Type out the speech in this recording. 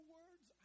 words